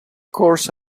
course